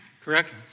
Correct